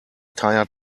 tired